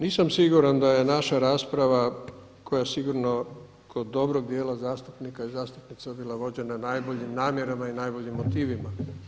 Nisam siguran da je naša rasprava koja je sigurno kod dobrog dijela zastupnika i zastupnica bila vođena najboljim namjerama i najboljim motivima.